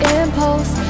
impulse